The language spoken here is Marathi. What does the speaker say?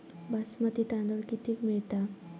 बासमती तांदूळ कितीक मिळता?